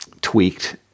tweaked